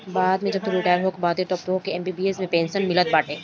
बाद में जब तू रिटायर होखबअ तअ तोहके एम.पी.एस मे से पेंशन मिलत बाटे